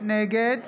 נגד